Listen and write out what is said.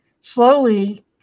slowly